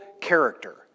character